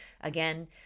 again